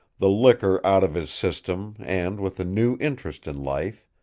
the liquor out of his system and with a new interest in life,